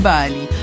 Bali